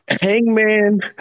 Hangman